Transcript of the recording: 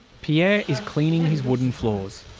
pierre is cleaning his wooden floors